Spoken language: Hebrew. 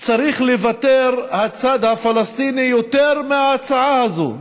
צריך לוותר הצד הפלסטיני יותר מההצעה הזאת,